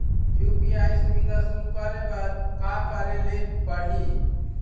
UPI सुविधा शुरू करे बर का करे ले पड़ही?